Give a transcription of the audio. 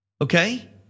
Okay